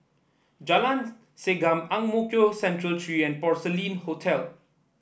Jalan Segam Ang Mo Kio Central Three and Porcelain Hotel